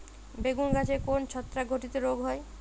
বেগুন গাছে কোন ছত্রাক ঘটিত রোগ হয়?